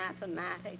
mathematics